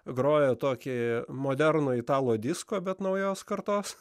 groja tokį modernų italo disko bet naujos kartos